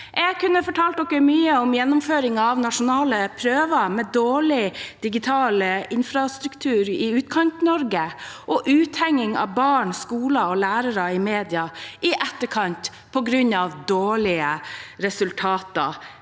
Jeg kunne fortalt mye om gjennomføringen av nasjonale prøver med dårlig digital infrastruktur i Utkant-Norge og uthenging av barn, skoler og lærere i media i etterkant – på grunn av dårlige resultater